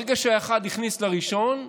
ברגע שהאחד הכניס לראשון,